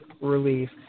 relief